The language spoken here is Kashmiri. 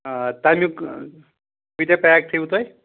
آ تَمیُک کۭتیٛاہ پیک تھٲیوُ تۄہہِ